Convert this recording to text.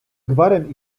gwarem